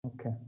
Okay